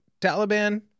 Taliban